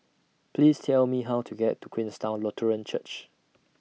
Please Tell Me How to get to Queenstown Lutheran Church